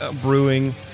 Brewing